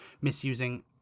misusing